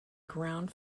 ground